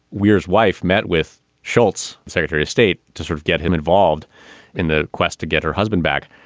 weir's wife met with shultz, secretary of state, to sort of get him involved in the quest to get her husband back.